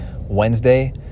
Wednesday